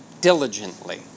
diligently